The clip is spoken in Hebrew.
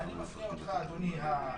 ואני מפנה אותך, אדוני היושב-ראש,